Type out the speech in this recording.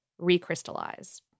recrystallize